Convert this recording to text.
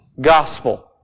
gospel